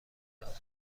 دادگاه